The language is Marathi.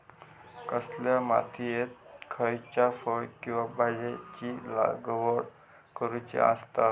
कसल्या मातीयेत खयच्या फळ किंवा भाजीयेंची लागवड करुची असता?